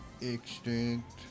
Extinct